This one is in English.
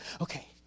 okay